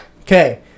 Okay